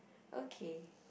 okay